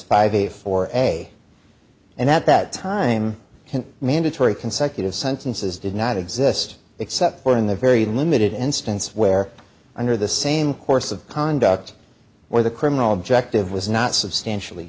a four a and at that time mandatory consecutive sentences did not exist except for in the very limited instance where under the same course of conduct where the criminal objective was not substantially